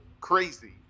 crazy